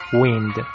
wind